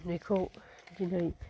बेखौ दिनै